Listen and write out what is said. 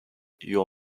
your